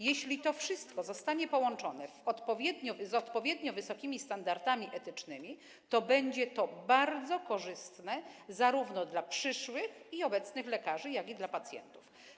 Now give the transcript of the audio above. Jeśli to wszystko zostanie połączone z odpowiednio wysokimi standardami etycznymi, to będzie to bardzo korzystne zarówno dla przyszłych i obecnych lekarzy, jak i dla pacjentów.